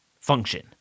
function